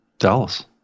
Dallas